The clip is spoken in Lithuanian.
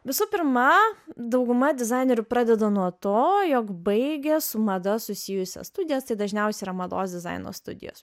visų pirma dauguma dizainerių pradeda nuo to jog baigia su mada susijusias studijas dažniausia yra mados dizaino studijos